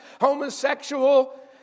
homosexual